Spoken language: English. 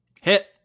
Hit